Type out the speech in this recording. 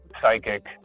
psychic